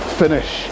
finish